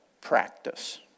practice